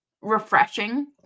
refreshing